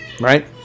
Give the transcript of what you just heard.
right